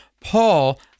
Paul